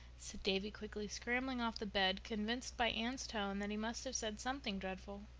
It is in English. said davy quickly, scrambling off the bed, convinced by anne's tone that he must have said something dreadful.